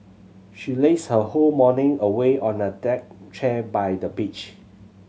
she lazed her whole morning away on a deck chair by the beach